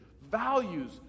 values